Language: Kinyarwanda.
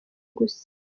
gusa